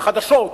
לחדשות,